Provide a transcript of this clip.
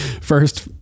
first